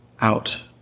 out